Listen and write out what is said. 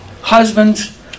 Husbands